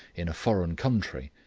in a foreign country,